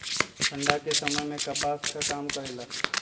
ठंडा के समय मे कपास का काम करेला?